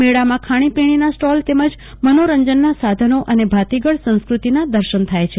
મેળામાં ખાણીપીણીના સ્ટોલ તેમજ મનોરંજનના સાધનો અને ભાતીગળ સંસ્કતિના દશન થાય છે